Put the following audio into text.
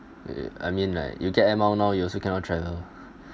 I mean like you get air miles now you also cannot travel